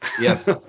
Yes